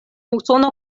usono